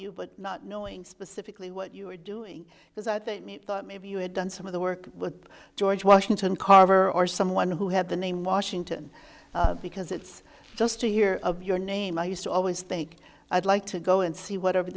you but not knowing specifically what you are doing because i think thought maybe you had done some of the work with george washington carver or someone who had the name washington because it's just to hear of your name i used to always think i'd like to go and see whatever